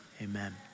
amen